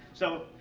so,